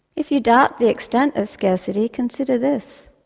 if you doubt the extent of scarcity, consider this.